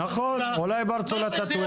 נכון, אולי פרצו לה את הטוויטר.